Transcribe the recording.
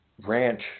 ranch